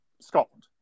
Scotland